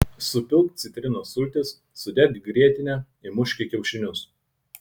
supilk citrinos sultis sudėk grietinę įmuški kiaušinius